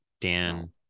Dan